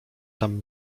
tam